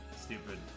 stupid